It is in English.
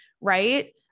right